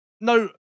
No